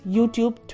YouTube